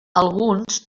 alguns